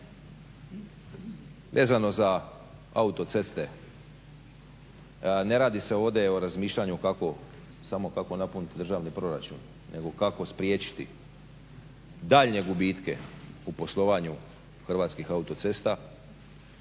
vezano za autoceste. Ne radi se ovdje o razmišljanju kako, samo kako napuniti državni proračun nego kako spriječiti daljnje gubitke u poslovanju Hrvatskih autocesta